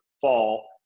fall